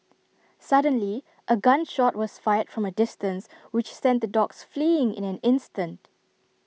suddenly A gun shot was fired from A distance which sent the dogs fleeing in an instant